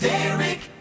Derek